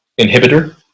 inhibitor